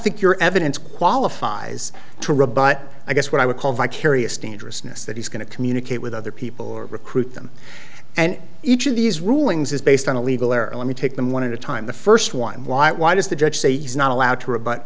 think your evidence qualifies to rebut i guess what i would call vicarious dangerousness that he's going to communicate with other people or recruit them and each of these rulings is based on a legal error let me take them one at a time the first one why why does the judge say you're not allowed to re